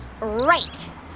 Right